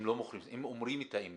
הם לא מוכרים, הם אומרים את האמת.